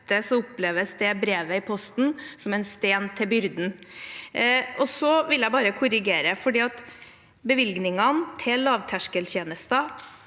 oppleves det brevet i posten som en sten til byrden. Så vil jeg bare korrigere, for det er slik at bevilgningene til lavterskeltjenester